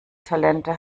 talente